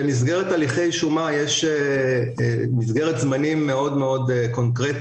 בהליכי שומה יש מסגרת זמנים מאוד קונקרטית.